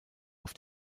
auf